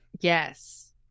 Yes